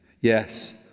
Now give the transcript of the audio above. Yes